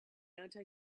anti